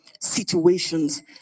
situations